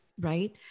Right